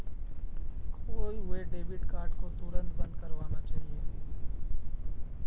खोये हुए debit card को तुरंत बंद करवाना चाहिए